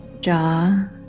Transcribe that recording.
jaw